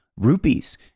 rupees